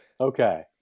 Okay